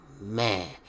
man